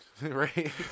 Right